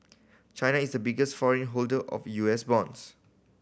China is the biggest foreign holder of U S bonds